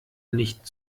nicht